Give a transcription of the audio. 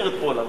תזכיר לנו.